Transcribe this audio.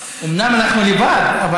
מה אתה עולה לפה, מיקי?